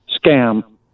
Scam